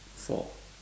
four